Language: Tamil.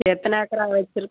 எத்தனை ஏக்கரா வெச்சிருக்